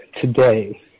today